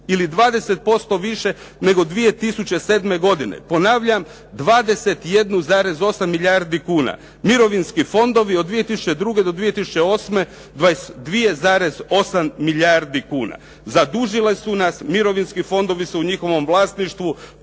ili 20% više nego 2007. godine. Ponavljam 21,8 milijardi kuna. Mirovinski fondovi od 2002. do 2008. 22,8 milijardi kuna. Zadužile su nas, mirovinski fondovi su u njihovom vlasništvu.